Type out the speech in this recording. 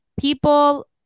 People